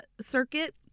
circuit